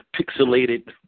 pixelated